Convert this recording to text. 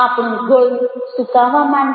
આપણું ગળું સૂકાવા માંડે